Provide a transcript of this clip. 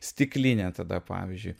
stiklinę tada pavyzdžiui